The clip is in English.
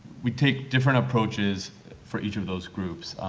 we take different approaches for each of those groups.